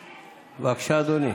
בבקשה, אדוני.